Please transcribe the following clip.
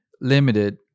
limited